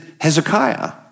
Hezekiah